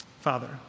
Father